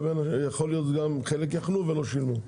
ואולי חלק יכלו ולא שילמו.